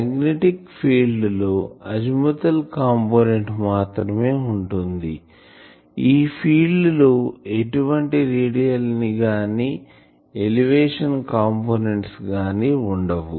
magnetic field లో azimuthal component మాత్రమే ఉంటుంది ఈ ఫీల్డ్ లో ఎటువంటి రేడియల్ గాని ఎలివేషన్ కాంపోనెంట్స్ గాని వుండవు